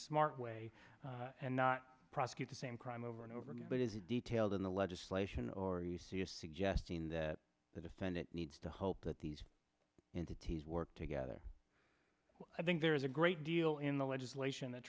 smart way and not prosecute the same crime over and over again but is it detailed in the legislation or you see is suggesting that the defendant needs to hope that these entities work together i think there is a great deal in the legislation that